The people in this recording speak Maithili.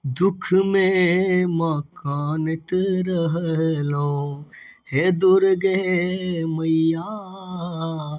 दुःखमे माँ कानैत रहलहुँ हे दुर्गे मैया